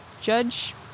judge